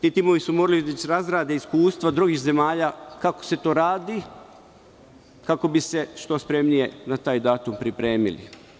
Ti timovi su morali već da razrade iskustva drugih zemalja kako se to radi, kako bi se što spremnije na taj datum pripremili.